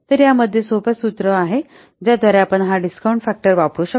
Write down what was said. तर या मध्ये हे सोपा सूत्र आहे ज्याद्वारे आपण हा डिस्काउंट फॅक्टर वापरू शकतो